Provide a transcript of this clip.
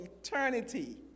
eternity